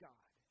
God